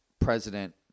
president